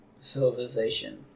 civilization